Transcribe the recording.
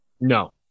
No